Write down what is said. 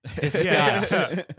Discuss